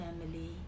family